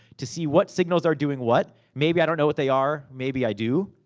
to see what signals are doing what. maybe i don't know what they are, maybe i do,